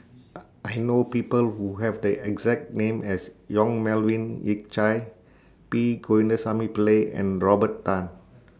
I know People Who Have The exact name as Yong Melvin Yik Chye P Govindasamy Pillai and Robert Tan